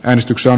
äänestyksen